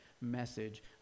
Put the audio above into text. message